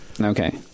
Okay